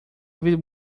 ouvir